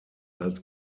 als